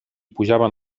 pujaven